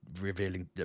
revealing